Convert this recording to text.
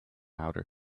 outer